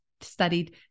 studied